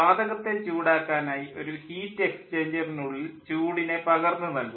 വാതകത്തെ ചൂടാക്കാനായി ഒരു ഹീറ്റ് എക്സ്ചേഞ്ചറിനുള്ളിൽ ചൂടിനെ പകർന്നു നൽകുന്നു